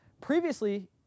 Previously